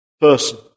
person